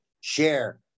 share